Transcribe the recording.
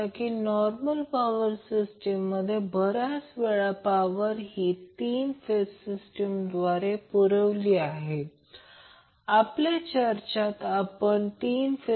जर RL2RC2 LC असेल तर ते प्रत्यक्षात सर्व फ्रिक्वेन्सीवर रेझोनेट करेल आहे कारण हे √ येते ते प्रत्यक्षात 00 अपरिभाषित होईल